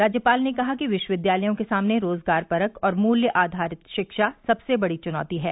राज्यपाल ने कहा कि विश्वविद्यालयों के सामने रोजगार परक और मूल्य आघारित शिक्षा सबसे बड़ी चुनौती है